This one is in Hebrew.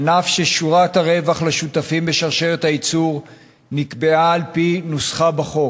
ענף ששורת הרווח לשותפים בשרשרת הייצור נקבעה על-פי נוסחה בחוק.